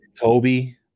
Toby